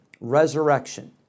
resurrection